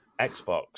Xbox